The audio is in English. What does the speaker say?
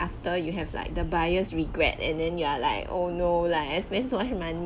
after you have like the buyer's regret and then you're like oh no like I spent so much money